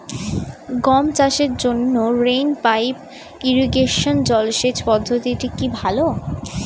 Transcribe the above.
গম চাষের জন্য রেইন পাইপ ইরিগেশন জলসেচ পদ্ধতিটি কি ভালো?